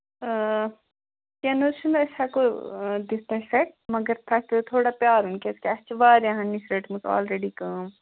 آ کیٚنٛہہ نہَ حظ چھُنہٕ أسۍ ہٮ۪کَو دِتھ تۄہہِ سیٚٹ مَگر تۄہہِ پٮ۪وٕ تھوڑا پرٛارُن کیٛازِکہِ اَسہِ چھِ واریاہَن نِش رٔٹمٕژ آلریڈی کٲم